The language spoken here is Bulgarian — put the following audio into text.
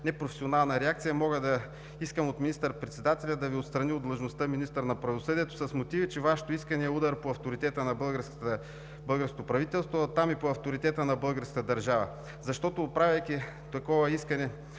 непрофесионална реакция, мога да искам от министър-председателя да Ви отстрани от министър на правосъдието с мотиви, че Вашето искане е удар по авторитета на българското правителство, а оттам и по авторитета на българската държава, защото отправяйки такова искане